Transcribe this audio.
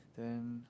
then